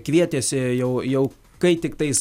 kvietėsi jau jau kai tiktais